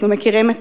אנחנו מכירים את